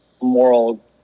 moral